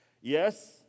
Yes